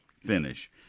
finish